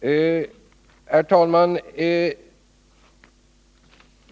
Herr talman!